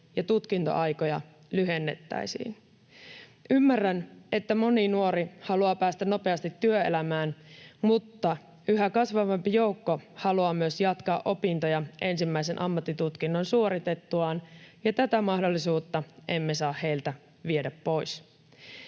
ja tutkintoaikoja lyhennettäisiin. Ymmärrän, että moni nuori haluaa päästä nopeasti työelämään, mutta yhä kasvavampi joukko haluaa myös jatkaa opintoja ensimmäisen ammattitutkinnon suoritettuaan, ja tätä mahdollisuutta emme saa heiltä viedä pois.